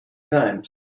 times